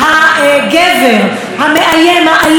אל האישה שלו בנפרד,